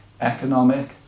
economic